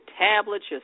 tablets